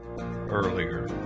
earlier